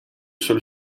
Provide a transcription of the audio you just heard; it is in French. seul